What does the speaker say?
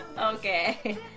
Okay